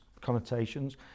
connotations